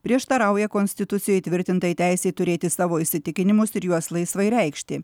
prieštarauja konstitucijoj įtvirtintai teisei turėti savo įsitikinimus ir juos laisvai reikšti